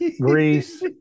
Greece